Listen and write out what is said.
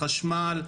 חשמל,